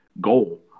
goal